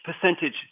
percentage